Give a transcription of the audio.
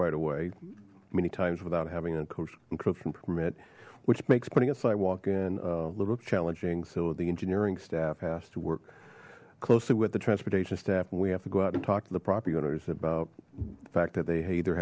right away many times without having an encryption permit which makes putting us i walk in a little challenging so the engineering staff has to work closely with the transportation staff when we have to go out and talk to the property owners about the fact that they